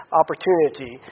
opportunity